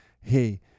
hey